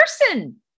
person